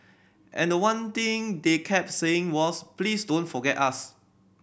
and the one thing they kept saying was please don't forget us